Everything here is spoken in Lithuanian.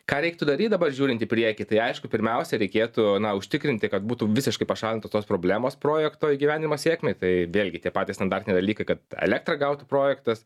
ką reiktų daryti dabar žiūrint į priekį tai aišku pirmiausia reikėtų užtikrinti kad būtų visiškai pašalintos tos problemos projekto įgyvenimo sėkmei tai vėlgi tie patys standartiniai dalykai kad elektrą gautų projektas